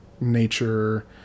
nature